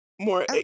more